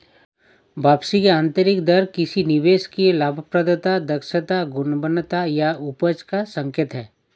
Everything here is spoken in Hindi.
वापसी की आंतरिक दर किसी निवेश की लाभप्रदता, दक्षता, गुणवत्ता या उपज का संकेत है